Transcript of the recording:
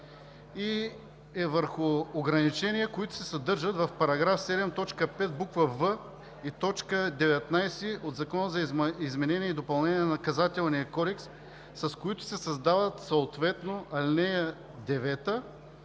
и е върху ограничения, които се съдържат в § 7, т. 5, буква „в“ и т. 19 от Закона за изменение и допълнение на Наказателния кодекс, с които се създават съответно ал. 9